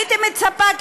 הייתי מצפה ממך,